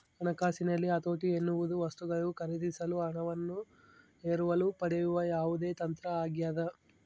ಹಣಕಾಸಿನಲ್ಲಿ ಹತೋಟಿ ಎನ್ನುವುದು ವಸ್ತುಗಳನ್ನು ಖರೀದಿಸಲು ಹಣವನ್ನು ಎರವಲು ಪಡೆಯುವ ಯಾವುದೇ ತಂತ್ರ ಆಗ್ಯದ